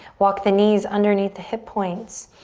walk the knees underneath the hip points,